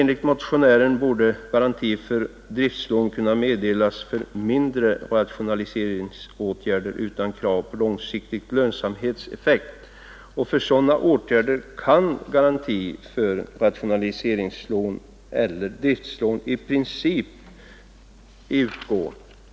Enligt motionärerna borde garanti för driftslån kunna meddelas för mindre rationaliseringsåtgärder utan krav på långsiktiga lönsamhetseffekter. För sådana åtgärder kan garanti för rationaliseringslån eller driftslån i princip utgå.